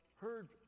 heard